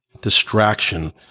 distraction